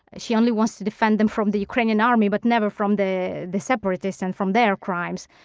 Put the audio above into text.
she only wants to defend them from the ukrainian army but never from the the separatists and from their crimes.